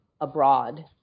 abroad